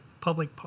public